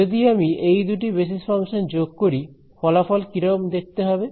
যদি আমি এই দুটি বেসিস ফাংশন যোগ করি ফলাফল কিরম দেখতে হবে